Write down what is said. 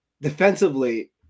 defensively